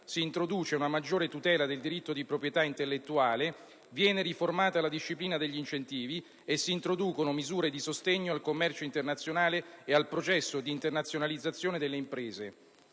s'introduce una maggior tutela del diritto di proprietà intellettuale, viene riformata la disciplina degli incentivi e si introducono misure di sostegno al commercio internazionale e al processo di internazionalizzazione delle imprese.